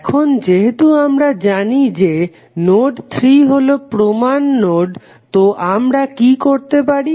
এখন যেহেতু আমরা জানি যে নোড 3 হলো প্রমান নোড তো আমরা কি করতে পারি